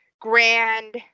grand